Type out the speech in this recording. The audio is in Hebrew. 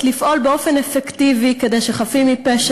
לפעול באופן אפקטיבי כדי שחפים מפשע,